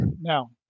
Now